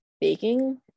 baking